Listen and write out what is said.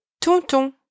tonton